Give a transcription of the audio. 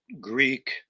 Greek